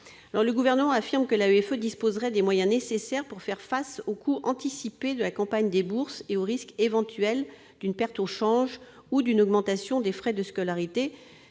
Le Gouvernement affirme que l'AEFE disposerait des moyens nécessaires pour faire face au coût anticipé de la campagne des bourses et aux risques éventuels d'une perte au change ou d'une augmentation des frais de scolarité.